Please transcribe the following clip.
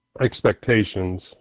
expectations